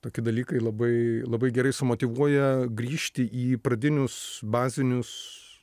toki dalykai labai labai gerai sumotyvuoja grįžti į pradinius bazinius